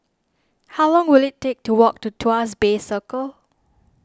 how long will it take to walk to Tuas Bay Circle